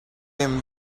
him